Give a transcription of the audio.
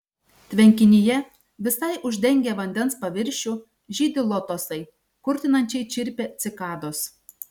tvenkinyje visai uždengę vandens paviršių žydi lotosai kurtinančiai čirpia cikados